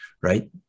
right